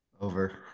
Over